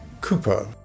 Cooper